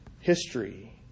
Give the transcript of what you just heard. history